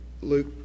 Luke